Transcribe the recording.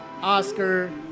Oscar